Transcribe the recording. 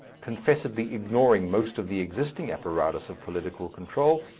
confessedly ignoring most of the existing apparatus of political control,